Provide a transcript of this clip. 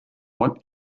what